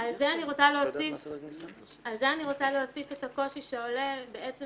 על זה אני רוצה להוסיף את הקושי שעולה בעצם